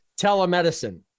telemedicine